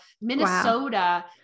minnesota